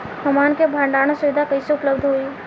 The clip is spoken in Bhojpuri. हमन के भंडारण सुविधा कइसे उपलब्ध होई?